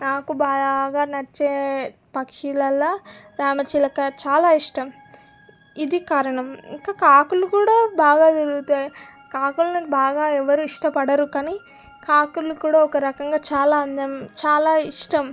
నాకు బాగా నచ్చే పక్షులలో రామచిలక చాలా ఇష్టం ఇది కారణం ఇంకా కాకులు కూడా బాగా తిరుగుతాయి కాకులని బాగా ఎవరూ ఇష్టపడరు కానీ కాకులు కూడా ఒక రకంగా చాలా అందం చాలా ఇష్టం